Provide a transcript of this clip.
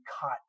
cut